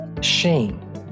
shame